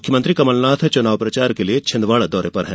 मुख्यमंत्री कमलनाथ चुनाव प्रचार के लिये छिंदवाडा दौरे पर हैं